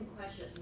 question